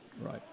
Right